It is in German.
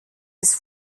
des